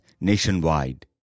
nationwide